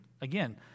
Again